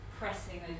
pressing